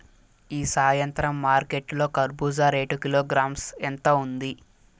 ఈ సాయంత్రం మార్కెట్ లో కర్బూజ రేటు కిలోగ్రామ్స్ ఎంత ఉంది?